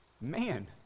man